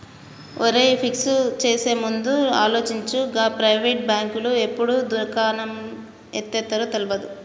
ఒరేయ్, ఫిక్స్ చేసేముందు ఆలోచించు, గా ప్రైవేటు బాంకులు ఎప్పుడు దుకాణం ఎత్తేత్తరో తెల్వది